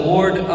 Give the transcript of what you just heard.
Lord